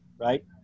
right